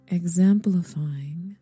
exemplifying